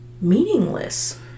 meaningless